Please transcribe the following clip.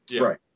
Right